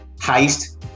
Heist